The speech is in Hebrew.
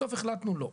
בסוף החלטנו שלא.